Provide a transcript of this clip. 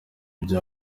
ibya